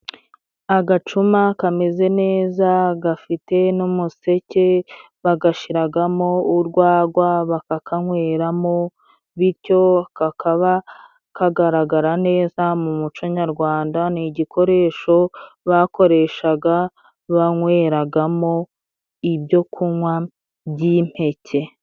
Agacuma kameze neza, gafite n'umuseke, bagashiragamo urwagwa bakakanyweramo, bityo kakaba kagaragara neza mu muco nyarwanda, ni igikoresho bakoreshaga banyweragamo ibyokunywa by'impeke.